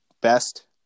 best